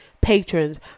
patrons